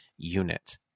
unit